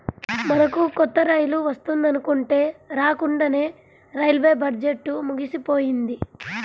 మనకు కొత్త రైలు వస్తుందనుకుంటే రాకండానే రైల్వే బడ్జెట్టు ముగిసిపోయింది